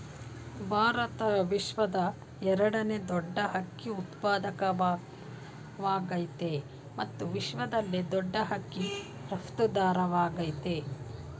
ಭಾರತ ವಿಶ್ವದ ಎರಡನೇ ದೊಡ್ ಅಕ್ಕಿ ಉತ್ಪಾದಕವಾಗಯ್ತೆ ಮತ್ತು ವಿಶ್ವದಲ್ಲೇ ದೊಡ್ ಅಕ್ಕಿ ರಫ್ತುದಾರವಾಗಯ್ತೆ